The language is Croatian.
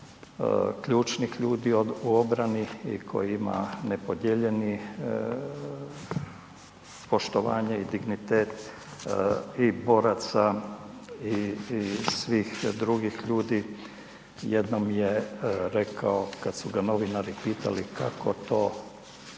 ključnih ljudi u obrani i koji ima nepodijeljeni poštovanje i dignitet i boraca i svih drugih ljudi, jednom je rekao, kad su ga novinari pitali kako to,